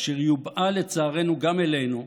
אשר יובאה לצערנו גם אלינו,